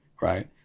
right